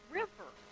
river